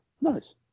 Nice